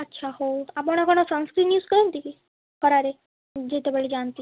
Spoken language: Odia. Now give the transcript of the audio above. ଆଚ୍ଛା ହଉ ଆପଣ କ'ଣ ସନସ୍କ୍ରିନ୍ ୟୁଜ୍ କରନ୍ତି କି ଖରାରେ ଯେତେବେଳେ ଯାଆନ୍ତି